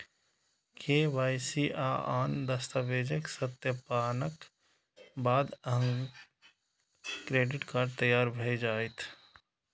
KYC आ आन दस्तावेजक सत्यापनक बाद अहांक क्रेडिट कार्ड तैयार भए जायत